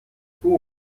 buch